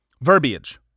verbiage